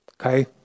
okay